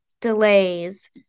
delays